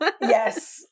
Yes